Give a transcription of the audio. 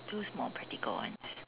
those more practical ones